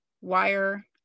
wire